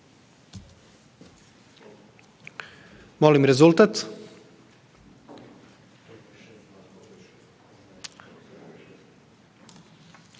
ovi rezultati